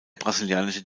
brasilianische